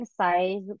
size